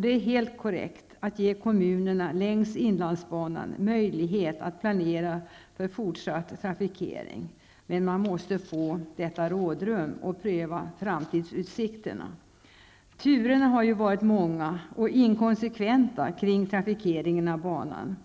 Det är helt korrekt att ge kommunerna längs inlandsbanan möjlighet att planera för fortsatt trafikering, men man måste få detta rådrum och pröva framtidsutsikterna. Turerna har ju varit många och inkonsekventa kring trafikeringen av banan.